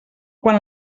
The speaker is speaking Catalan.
quan